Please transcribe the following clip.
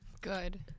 Good